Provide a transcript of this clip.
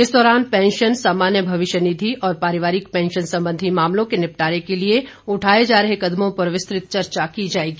इस दौरान पैंशन सामान्य भविष्य निधि और पारिवारिक पैंशन संबंधी मामलों के निपटारे के लिए उठाए जा रहे कदमों पर विस्तृत चर्चा की जाएगी